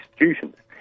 institutions